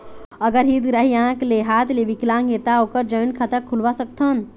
अगर हितग्राही आंख ले हाथ ले विकलांग हे ता ओकर जॉइंट खाता खुलवा सकथन?